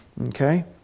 Okay